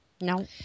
no